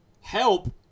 help